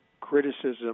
criticism